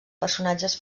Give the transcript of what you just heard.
personatges